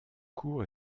court